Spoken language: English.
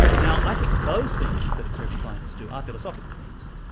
now i think those things that empirical scientists do are philosophical things.